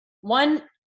One